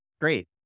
great